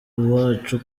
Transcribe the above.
wacu